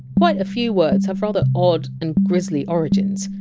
quite a few words have rather odd and grisly origins.